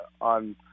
on